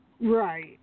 Right